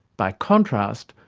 by contrast,